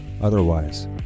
otherwise